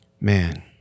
Man